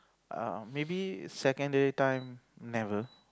err maybe secondary time never